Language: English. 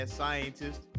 scientist